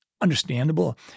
understandable